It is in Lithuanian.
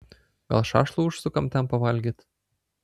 gal šašlų užsukam ten pavalgyt